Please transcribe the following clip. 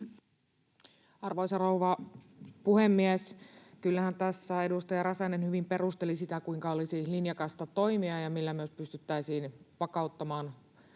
Arvoisa rouva puhemies! Kyllähän tässä edustaja Räsänen hyvin perusteli sitä, kuinka olisi linjakasta toimia ja millä me pystyttäisiin vakauttamaan